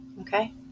Okay